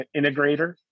integrator